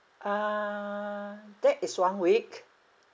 uh that is one week